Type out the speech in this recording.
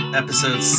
episode